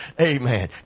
Amen